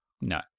No